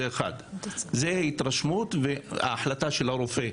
זאת התרשמות והחלטה של הרופא.